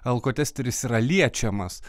alkotesteris yra liečiamas